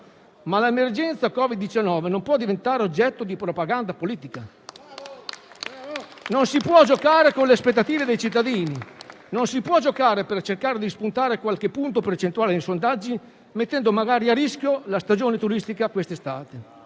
ma l'emergenza Covid-19 non può diventare oggetto di propaganda politica. Non si può giocare con le aspettative dei cittadini. Non si può giocare per cercare di spuntare qualche punto percentuale nei sondaggi, mettendo magari a rischio la stagione turistica quest'estate.